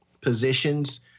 positions